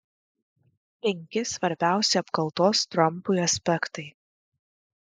penki svarbiausi apkaltos trampui aspektai